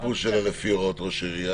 --- מה פירוש לפי הוראות ראש העירייה?